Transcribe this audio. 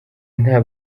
nta